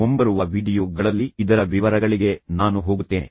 ಮುಂಬರುವ ವೀಡಿಯೊ ಗಳಲ್ಲಿ ಮೃದುವಾದ ಕೌಶಲ್ಯಗಳ ವಿವರಗಳಿಗೆ ನಾನು ಹೋಗುತ್ತೇನೆ